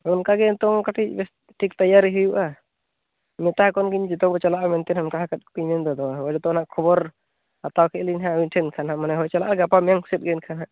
ᱚᱱᱠᱟ ᱜᱮ ᱱᱤᱛᱚᱝ ᱦᱚᱸ ᱠᱟᱹᱴᱤᱡ ᱴᱷᱤᱠ ᱛᱮᱭᱟᱨᱤ ᱦᱩᱭᱩᱜᱼᱟ ᱢᱮᱛᱟᱣᱠᱚ ᱠᱟᱱ ᱜᱤᱭᱟᱹᱧ ᱡᱚᱛᱚ ᱵᱚ ᱪᱟᱞᱟᱜᱼᱟ ᱢᱮᱱᱛᱮ ᱢᱮᱛᱟᱣᱠᱚ ᱠᱚᱜᱮᱭᱟᱹᱧ ᱢᱮᱱ ᱫᱚ ᱦᱳᱭ ᱡᱚᱛᱚᱱᱟᱜ ᱠᱷᱚᱵᱚᱨ ᱦᱟᱛᱟᱣ ᱠᱮᱫᱞᱤᱧ ᱦᱟᱜ ᱩᱱᱤ ᱴᱷᱮᱱ ᱮᱱᱠᱷᱟᱱ ᱢᱟᱱᱮ ᱦᱚᱸ ᱪᱟᱞᱟᱜᱼᱟ ᱜᱟᱯᱟ ᱢᱮᱭᱟᱝ ᱥᱮᱫ ᱜᱮ ᱮᱱᱠᱷᱟᱱ ᱦᱟᱜ